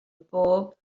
bob